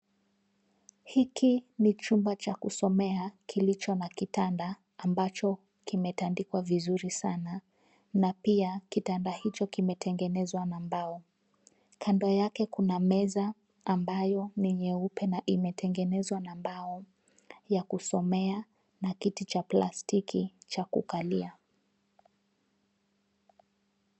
Hiki ni chumba cha kusomea kilicho na kitanda ambacho kimetandikwa vizuri sana na pia, kitanda hicho kimetengenezwa na mbao. Kando yake kuna meza ambayo ni nyeupe na inatengenezwa na mbao ya kusomea na kiti cha plastiki cha kukalia.